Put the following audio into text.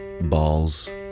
Balls